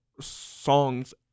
songs